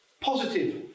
positive